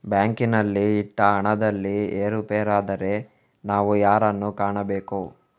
ಬ್ಯಾಂಕಿನಲ್ಲಿ ಇಟ್ಟ ಹಣದಲ್ಲಿ ಏರುಪೇರಾದರೆ ನಾವು ಯಾರನ್ನು ಕಾಣಬೇಕು?